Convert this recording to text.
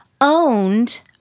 owned